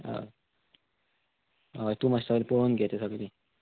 हय हय तूं मातसो सगळें पळोवन घे तें सगळें